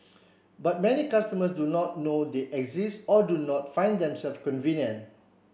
but many customers do not know they exist or do not find them self convenient